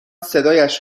صدایش